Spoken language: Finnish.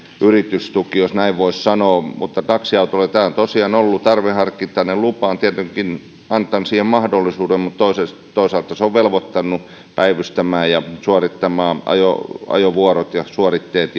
yritystuki jos näin voisi sanoa mutta taksiautoilijoille tämä on tosiaan ollut tarveharkintainen lupa ja on tietenkin antanut mahdollisuuden mutta toisaalta se on velvoittanut päivystämään ja suorittamaan ajovuorot ja suoritteet